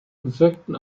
wirkten